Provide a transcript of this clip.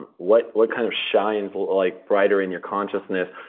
but what what kind of shines like brighter in your consciousness?